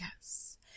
Yes